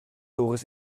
doris